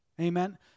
Amen